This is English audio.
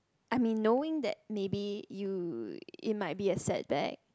I mean knowing that maybe you it might be a setback